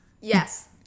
Yes